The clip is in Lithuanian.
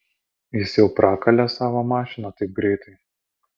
jis jau prakalė savo mašiną taip greitai